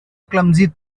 clumsy